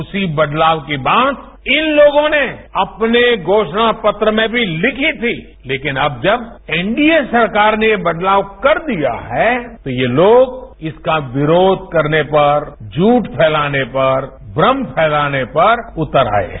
उसी बदलाव के बाद इन लोगों ने अपने घोषणा पत्र में भी लिखी थी लेकिन अब जब एनडीए सरकार ने ये बदलाव कर दिया है तो ये लोग इसका विरोध करने पर झूठ फैलाने पर भ्रम फैलाने पर उतर आए हैं